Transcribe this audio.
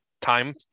time